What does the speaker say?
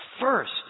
First